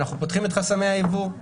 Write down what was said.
אנחנו פותחים את חסמי היבוא,